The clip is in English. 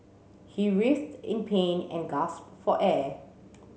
he writhed in pain and gasped for air